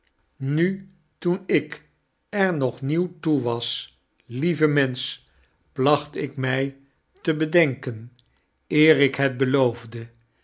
nu toen ik er nog nieuw toe was lieve mensch plachtikmy tebedenken eer ik het beloofde